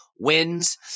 wins